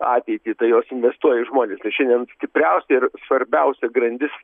ateitį tai jos investuoja į žmones ir šiandien stipriausia ir svarbiausia grandis